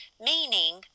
meaning